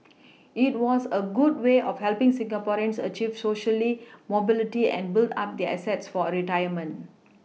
it was a good way of helPing Singaporeans achieve Socially mobility and build up their assets for a retirement